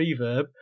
Reverb